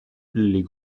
les